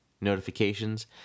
notifications